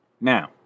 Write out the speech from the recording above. Now